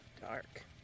Dark